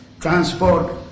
transport